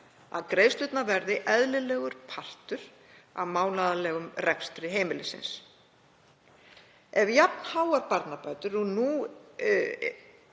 að greiðslurnar verði eðlilegur partur af mánaðarlegum rekstri heimilisins. Ef jafn háar barnabætur og nú